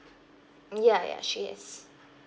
yeah yeah she is